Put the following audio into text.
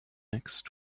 next